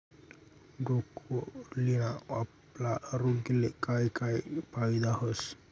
ब्रोकोलीना आपला आरोग्यले काय काय फायदा व्हस